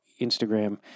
Instagram